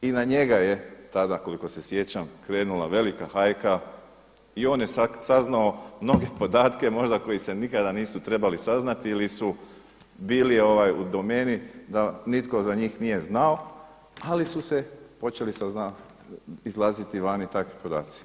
I na njega je tada koliko se sjećam krenula velika hajka, i on je saznao mnoge podatke možda koji se nikada nisu trebali saznati ili su bili u domeni da nitko za njih nije znao, ali su se počeli izlaziti van i takvi podaci.